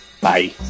Bye